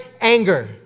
anger